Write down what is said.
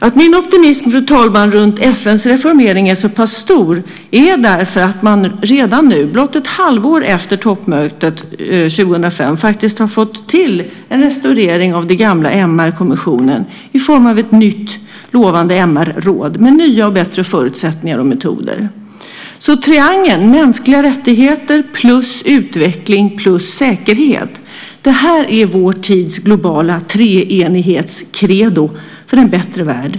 Att min optimism i fråga om FN:s reformering är så pass stor är därför att man redan nu, blott ett halvår efter toppmötet 2005, faktiskt har fått till en restaurering av den gamla MR-kommissionen i form av ett nytt lovande MR-råd med nya och bättre förutsättningar och metoder. Triangeln - mänskliga rättigheter, utveckling, säkerhet - är vår tids globala treenighetscredo för en bättre värld.